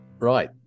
right